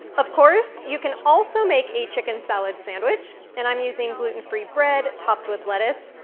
of course, you can also make a chicken salad sandwich, and i'm using gluten-free bread topped with lettuce,